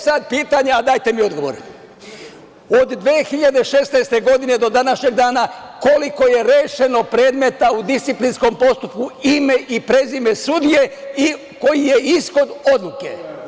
Sad pitanja, dajte mi odgovore - od 2016. godine do današnjeg dana koliko je rešeno predmeta u disciplinskom postupku, ime i prezime sudije i koji je ishod odluke?